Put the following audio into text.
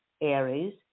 Aries